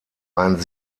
ein